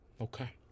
Okay